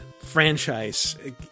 franchise